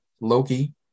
Loki